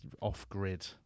off-grid